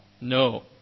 No